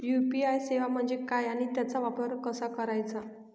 UPI सेवा म्हणजे काय आणि त्याचा वापर कसा करायचा?